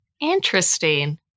Interesting